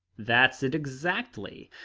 that's it exactly.